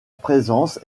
présence